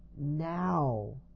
Now